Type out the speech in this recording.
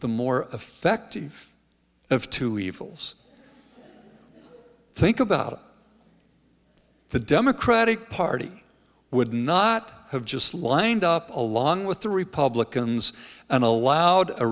the more effect of two evils i think about the democratic party would not have just lined up along with the republicans and allowed a